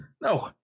No